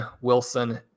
Wilson